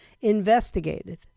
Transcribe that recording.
investigated